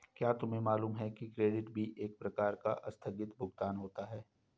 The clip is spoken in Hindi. क्या तुम्हें मालूम है कि क्रेडिट भी एक प्रकार का आस्थगित भुगतान होता है?